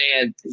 man